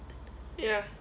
ya